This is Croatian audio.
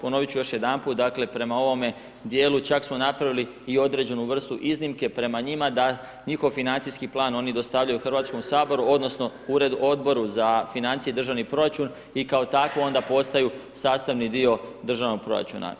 Ponovit ču još jedanput, dakle prema ovome djelu čak smo napravili i određenu vrstu iznimke prema njima da njihov financijski plan oni dostavljaju Hrvatskom saboru odnosno Odboru za financijske i državni proračun i kao takvu onda postaju sastavni dio državnog proračuna.